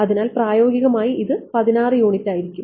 അതിനാൽ പ്രായോഗികമായി ഇത് 16 യൂണിറ്റായിരിക്കും